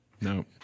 no